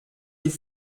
die